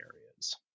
areas